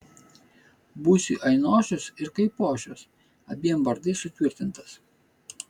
būsi ainošius ir kaipošius abiem vardais sutvirtintas